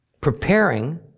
preparing